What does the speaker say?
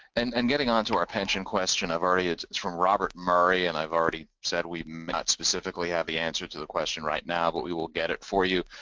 and um getting on to our pension question, i've already, it's it's from robert murray and i've already said we may not specifically have the answer to the question right now but we will get it for you,